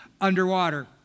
underwater